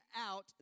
out